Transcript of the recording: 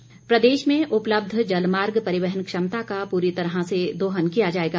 गोविंद ठाक्र प्रदेश में उपलब्ध जलमार्ग परिवहन क्षमता का पूरी तरह से दोहन किया जाएगा